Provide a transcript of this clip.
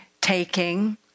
taking